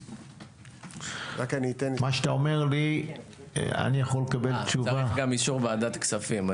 מה שאתה אומר לי- - צריך גם אישור ועדת כספים.